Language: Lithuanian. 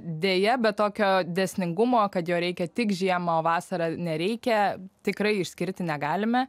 deja bet tokio dėsningumo kad jo reikia tik žiemą o vasarą nereikia tikrai išskirti negalime